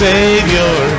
Savior